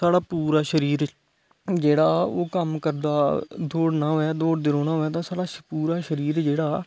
साढ़ा पूरा शरीर जेहडा ओह् कम्म करदा दौड़ना होऐ दोड़दे रौहना होऐ ता शमां पूरा शरीर जेहड़ा